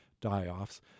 die-offs